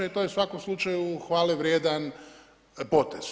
I to je u svakom slučaju hvale vrijedan potez.